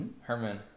Herman